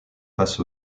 face